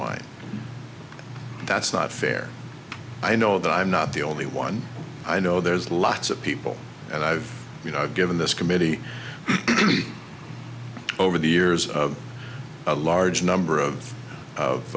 mine that's not fair i know that i'm not the only one i know there's lots of people and i've given this committee over the years of a large number of